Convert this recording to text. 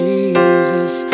Jesus